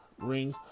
ring